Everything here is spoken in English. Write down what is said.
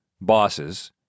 bosses